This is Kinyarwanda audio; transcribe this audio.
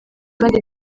kandi